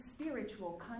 spiritual